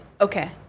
Okay